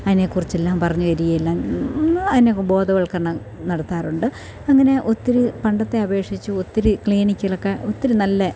അതിനെകുറിച്ചെല്ലാം പറഞ്ഞു തരികയും എല്ലാം അതിനെ ബോധവത്ക്കരണം നടത്താറുണ്ട് അങ്ങനെ ഒത്തിരി പണ്ടത്തെ അപേക്ഷിച്ച് ഒത്തിരി ക്ലീനിക്കിലൊക്കെ ഒത്തിരി നല്ല